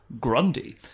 Grundy